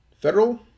Federal